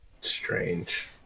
Strange